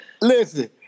listen